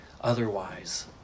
otherwise